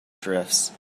drifts